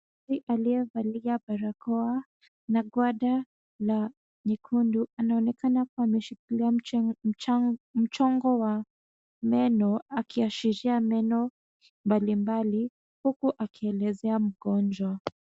Mtu aliyevalia barakoa na gwnda la nyekundu, anaonekana kuwa ameshikilia mchongo wa meno, akiashiria meno mbali mbali, huku akielezea mgonjwa.